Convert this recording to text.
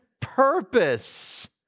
purpose